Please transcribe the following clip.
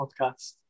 Podcast